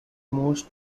most